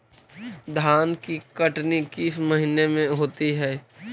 धान की कटनी किस महीने में होती है?